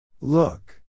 Look